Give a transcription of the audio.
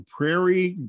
Prairie